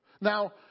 Now